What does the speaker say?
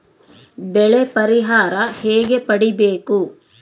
ಬೆಳೆ ಪರಿಹಾರ ಹೇಗೆ ಪಡಿಬೇಕು?